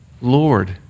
lord